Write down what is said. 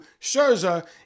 Scherzer